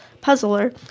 puzzler